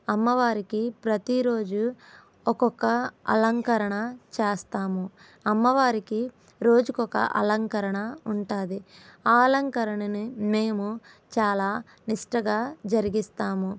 అమ్మవారికి ప్రతిరోజు ఒక్కొక్క అలంకరణ చేస్తాం అమ్మవారికి రోజుకొక అలంకరణ ఉంటుంది ఆ అలంకరణని మేము చాలా నిష్టగా జరిగిస్తాము